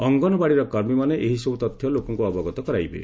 ଅଙ୍ଗନବାଡ଼ିର କର୍ମିମାନେ ଏହିସବୁ ତଥ୍ୟ ଲୋକଙ୍କୁ ଅବଗତ କରାଇବେ